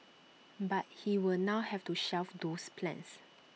but he will now have to shelve those plans